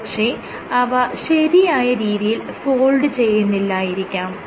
ഒരു പക്ഷെ അവ ശരിയായ രീതിയിൽ ഫോൾഡ് ചെയ്യുന്നില്ലായിരിക്കാം